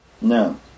No